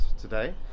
today